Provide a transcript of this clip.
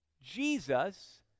Jesus